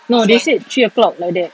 no they said three o'clock like that